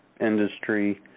industry